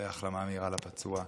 איחולי החלמה מהירה לפצוע.